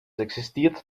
existiert